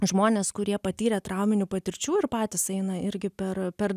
žmonės kurie patyrę trauminių patirčių ir patys eina irgi per per